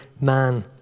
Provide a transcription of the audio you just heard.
man